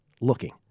looking